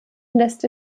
lässt